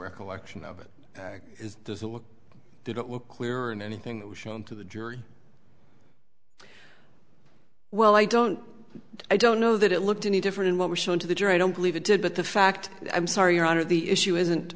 recollection of it doesn't look didn't look clear on anything that was shown to the jury well i don't i don't know that it looked any different in what was shown to the jury i don't believe it did but the fact i'm sorry your honor the issue isn't